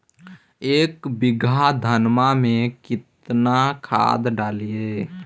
एक बीघा धन्मा में केतना खाद डालिए?